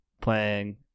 playing